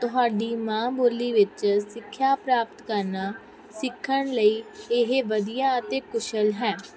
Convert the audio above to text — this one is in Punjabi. ਤੁਹਾਡੀ ਮਾਂ ਬੋਲੀ ਵਿੱਚ ਸਿੱਖਿਆ ਪ੍ਰਾਪਤ ਕਰਨਾ ਸਿੱਖਣ ਲਈ ਇਹ ਵਧੀਆ ਅਤੇ ਕੁਸ਼ਲ ਹੈ